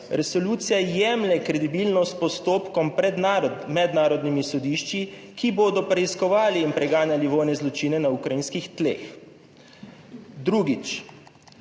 resolucija jemlje kredibilnost s postopkom pred mednarodnimi sodišči, ki bodo preiskovali in preganjali vojne zločine na ukrajinskih tleh. Drugič,